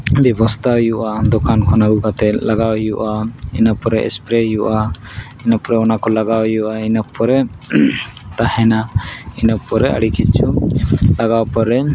ᱵᱮᱵᱚᱥᱛᱷᱟ ᱟᱹᱜᱩᱭ ᱦᱩᱭᱩᱜᱼᱟ ᱫᱳᱠᱟᱱ ᱠᱷᱚᱱ ᱟᱹᱜᱩ ᱠᱟᱛᱮᱫ ᱞᱟᱜᱟᱣ ᱦᱩᱭᱩᱜᱼᱟ ᱤᱱᱟᱹ ᱯᱚᱨᱮ ᱥᱯᱨᱮ ᱦᱩᱭᱩᱜᱼᱟ ᱤᱱᱟᱹ ᱯᱚᱨᱮ ᱚᱱᱟ ᱠᱚ ᱞᱟᱜᱟᱣ ᱦᱩᱭᱩᱜᱼᱟ ᱤᱱᱟᱹ ᱯᱚᱨᱮ ᱛᱟᱦᱮᱱᱟ ᱤᱱᱟᱹ ᱯᱚᱨᱮ ᱟᱹᱰᱤ ᱠᱤᱪᱷᱩ ᱞᱟᱜᱟᱣ ᱯᱚᱨᱮ